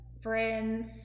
friends